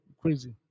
Crazy